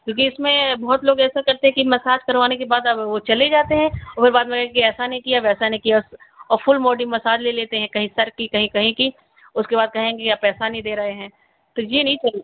क्योंकि इसमें बहुत लोग ऐसा करते कि मसाज करवाने के बाद अब वो चले जाते हैं वो बाद में बोले कि ऐसा नहीं किया वैसा नहीं किया औ फुल बॉडी मसाज ले लेते हैं कहीं सर की कहीं कहीं की उसके बाद कहेंगे कि आप पैसा नहीं दे रहे हैं तो ये नहीं कर